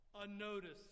unnoticed